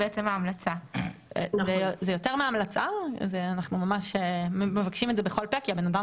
ס ויתרחב מבחינת התפוצה שלו גם בישראל המוגנות